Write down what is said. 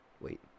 wait